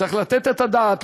שצריך לתת את הדעת,